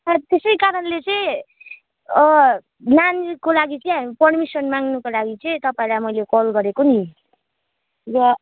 सायद त्यसै कारणले चाहिँ नानीको लागि चाहिँ हामी पर्मिसन माग्नुको लागि चाहिँ तपाईँलाई मैले कल गरेको नि र